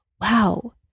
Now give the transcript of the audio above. wow